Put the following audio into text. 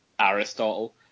aristotle